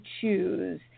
choose